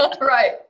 Right